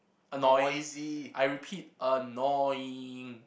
annoying I repeat annoying